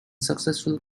successful